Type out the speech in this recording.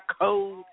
code